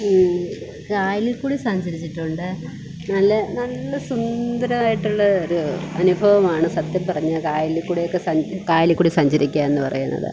കായലിൽ കൂടി സഞ്ചരിച്ചിട്ടുണ്ട് നല്ല നല്ല സുന്ദരമായിട്ടുള്ള ഒരു അനുഭവമാണ് സത്യം പറഞ്ഞാൽ കായലിൽ കൂടെയൊക്കെ കായലിൽ കൂടി സഞ്ചരിക്കുക എന്ന് പറയുന്നത്